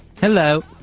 Hello